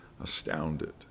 astounded